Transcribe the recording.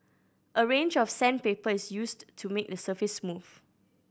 a range of sandpaper is used to make the surface smooth